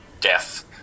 death